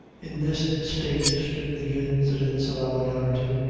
in this state stood the incidents of our narrative,